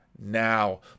now